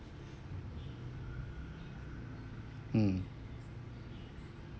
mm